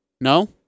No